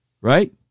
right